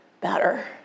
better